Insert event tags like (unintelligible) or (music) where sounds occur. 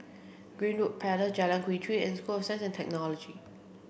Greenwood (unintelligible) Jalan Quee Chew and School of Science and Technology